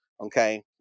Okay